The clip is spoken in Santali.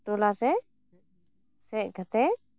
ᱴᱚᱞᱟ ᱨᱮ ᱦᱮᱡ ᱠᱟᱛᱮ